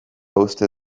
uste